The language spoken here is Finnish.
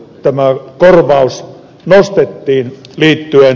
tämä on hyvä jos me ostettiin niille